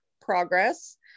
progress